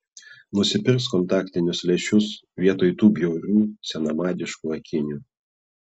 nusipirks kontaktinius lęšius vietoj tų bjaurių senamadiškų akinių